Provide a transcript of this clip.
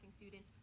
students